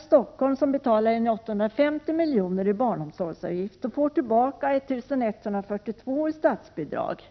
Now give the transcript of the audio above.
Stockholm betalar 850 milj.kr. i barnomsorgsavgift och får tillbaka 1 142 milj.kr. i statsbidrag.